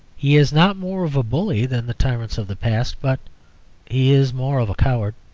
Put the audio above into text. he is not more of a bully than the tyrants of the past but he is more of a coward.